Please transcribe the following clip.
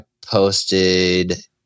posted